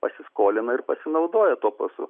pasiskolina ir pasinaudoja tuo pasu